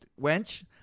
wench